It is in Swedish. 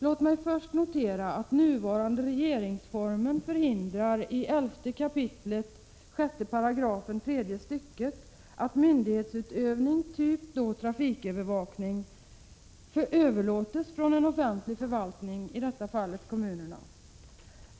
Låt mig först notera att den nu gällande regeringsformen i 11 kap. 6 § tredje stycket förhindrar att myndighetsutövning, av typen trafikövervakning, förs ut från en offentlig förvaltning, i detta fall från kommunerna.